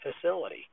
facility